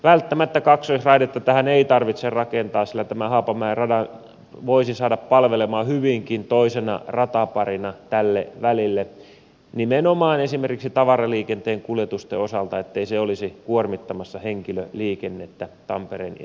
välttämättä kaksoisraidetta tähän ei tarvitse rakentaa sillä tämän haapamäen radan voisi saada palvelemaan hyvinkin toisena rataparina tälle välille nimenomaan esimerkiksi tavaraliikenteen kuljetusten osalta ettei se olisi kuormittamassa henkilöliikennettä tampereen ja seinäjoen välillä